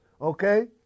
okay